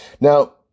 Now